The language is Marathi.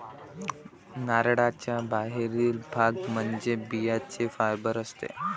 नारळाचा बाहेरील भाग म्हणजे बियांचे फायबर असते